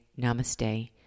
namaste